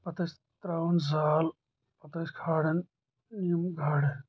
پتہٕ ٲسۍ تراوان زال پتہٕ ٲسۍ کھالان یم گاڈٕ